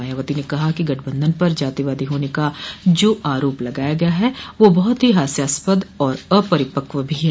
मायावती ने कहा कि गठबंधन पर जातिवादी होने का जो आरोप लगाया गया है वह बहुत ही हास्यास्पद और अपरिपक्व भी है